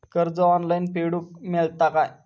कर्ज ऑनलाइन फेडूक मेलता काय?